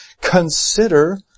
consider